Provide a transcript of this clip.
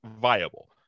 viable